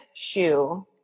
shoe